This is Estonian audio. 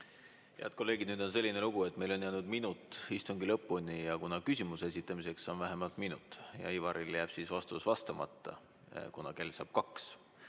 Head kolleegid, nüüd on selline lugu, et meil on jäänud minut istungi lõpuni. Kuna aga küsimuse esitamiseks on vähemalt minut ja Ivaril jääb siis vastus vastamata, sest kell saab kaks,